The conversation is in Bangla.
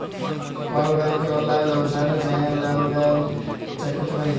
কল ব্যাংকের অললাইল ওয়েবসাইটে জাঁয়ে লেলদেল চ্যাক ক্যরতে পারি